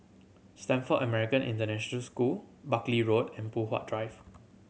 Stamford American International School Buckley Road and Poh Huat Drive